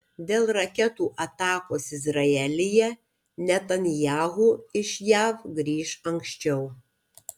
dėl raketų atakos izraelyje netanyahu iš jav grįš anksčiau